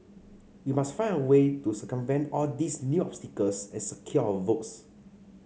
we must find a way to circumvent all these new obstacles and secure our votes